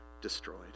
destroyed